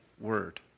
word